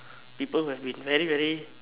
people who have been very very